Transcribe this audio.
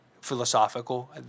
philosophical